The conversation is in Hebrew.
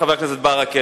חבר הכנסת ברכה.